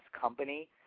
company